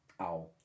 Ow